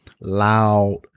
loud